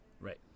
right